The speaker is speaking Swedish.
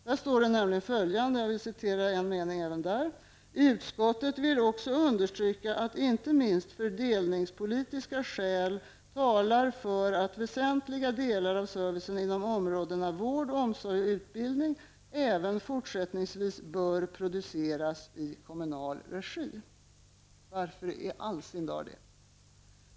Där står nämligen följande: ''Utskottet vill också understryka att inte minst fördelningspolitiska skäl talar för att väsentliga delar av servicen inom områdena vård, omsorg och utbildning även fortsättningsvis bör produceras i kommunal regi.'' Varför det?